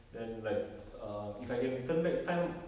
then like um if I can turn back time